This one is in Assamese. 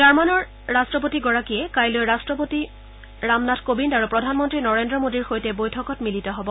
জাৰ্মানৰ ৰাট্টপতিগৰাকীয়ে কাইলৈ ৰাট্টপতি ৰামনাথ কোবিন্দ আৰু প্ৰধানমন্ত্ৰী নৰেন্দ্ৰ মোডীৰ সৈতে বৈঠকত মিলিত হ'ব